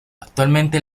actualmente